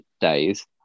days